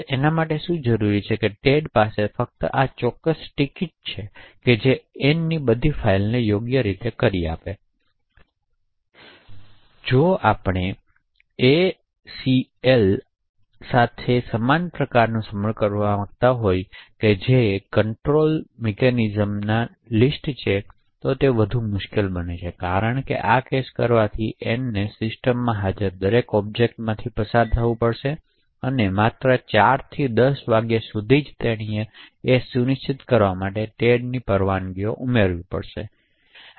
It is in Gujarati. તેથી શું જરૂરી છે ટેડ પાસે ફક્ત આ ચોક્કસ ટિકિટ છે જે એનની બધી ફાઇલોને યોગ્ય રીતે આપે છે જો આપણે એસીએલ સાથે સમાન પ્રકારનું સમર્પણ પ્રાપ્ત કરવા માંગતા હોય જે Controlએક્સેસ નિયંત્રણ લિસ્ટ છે અને તે વધુ મુશ્કેલ છે તેનું કારણ છે આ કેસ કરવાથી એનને સિસ્ટમ હાજર દરેક ઑબ્જેક્ટમાંથી પસાર થવું પડે છે અને માત્ર 4PM થી 10 વાગ્યા સુધી તેણીએ એ સુનિશ્ચિત કરવા માટે ટેડ માટેની પરવાનગી ઉમેરવી પડે છે